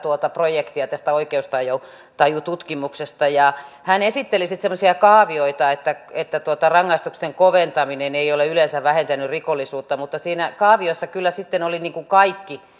projektia tästä oikeustajututkimuksesta hän esitteli sitten semmoisia kaavioita että että rangaistusten koventaminen ei ole yleensä vähentänyt rikollisuutta mutta siinä kaaviossa kyllä sitten oli kaikki